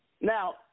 Now